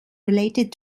related